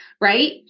right